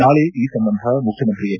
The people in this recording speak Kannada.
ನಾಳೆ ಈ ಸಂಬಂಧ ಮುಖ್ಯಮಂತ್ರಿ ಹೆಚ್